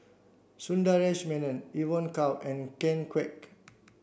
Sundaresh Menon Evon Kow and Ken Kwek